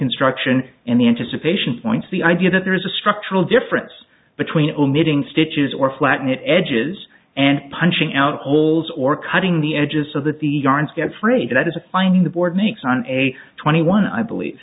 construction and the anticipation points the idea that there is a structural difference between omitting stitches or flatten it edges and punching out holes or cutting the edges so that the yarns get frayed that is a finding the board makes on a twenty one i believe